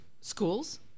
Schools